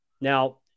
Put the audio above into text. Now